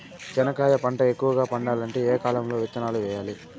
చెనక్కాయ పంట ఎక్కువగా పండాలంటే ఏ కాలము లో విత్తనాలు వేయాలి?